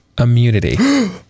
immunity